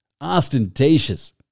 ostentatious